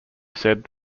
said